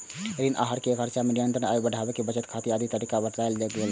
ऋण आहार मे खर्च पर नियंत्रण, आय बढ़ाबै आ बचत करै आदिक तरीका बतायल गेल छै